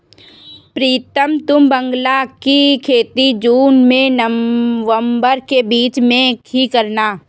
प्रीतम तुम बांग्ला की खेती जून और नवंबर के बीच में ही करना